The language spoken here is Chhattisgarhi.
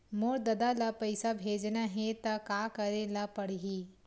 मोर ददा ल पईसा भेजना हे त का करे ल पड़हि?